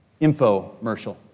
infomercial